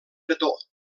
bretó